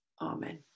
Amen